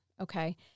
Okay